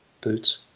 boots